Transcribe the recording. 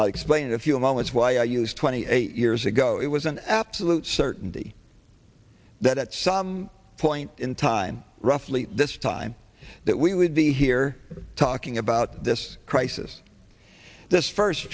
i'll explain in a few moments why i used twenty eight years ago it was an absolute certainty that at some point in time roughly this time that we would be here talking about this crisis this first